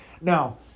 Now